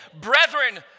brethren